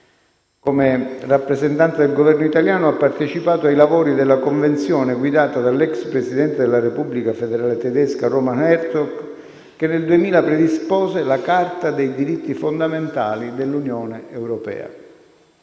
Come rappresentante del Governo italiano, ha partecipato ai lavori della Convenzione, guidata dall'ex presidente della Repubblica federale tedesca, Roman Herzog, che nel 2000 predispose la Carta dei diritti fondamentali dell'Unione europea.